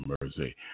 mercy